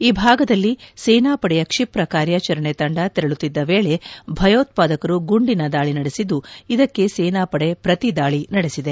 ಈ ಭಾಗದಲ್ಲಿ ಸೇನಾಪಡೆಯ ಕ್ಷಿಪ್ರ ಕಾರ್ಯಾಚರಣೆ ತಂಡ ತೆರಳುತ್ತಿದ್ದ ವೇಳೆ ಭಯೋತ್ಪಾದಕರು ಗುಂಡಿನ ದಾಳಿ ನಡೆಸಿದ್ದು ಇದಕ್ಕೆ ಸೇನಾಪದೆ ಪ್ರತಿ ದಾಳಿ ನದೆಸಿದೆ